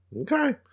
Okay